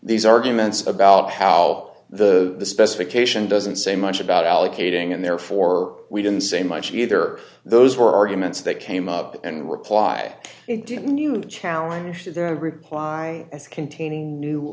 these arguments about how the specification doesn't say much about allocating and therefore we didn't say much either those were arguments that came up and were ply it didn't you challenge their reply as containing new